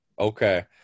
Okay